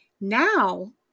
Now